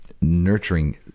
nurturing